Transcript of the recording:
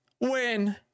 win